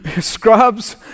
scrubs